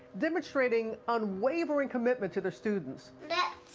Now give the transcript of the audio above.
demonstrating unwavering commitment to the students. that